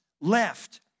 left